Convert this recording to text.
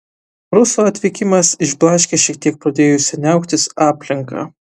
ruso atvykimas išblaškė šiek tiek pradėjusią niauktis aplinką